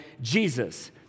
Jesus